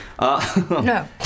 No